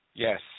Yes